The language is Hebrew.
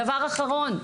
דבר אחרון,